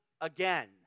again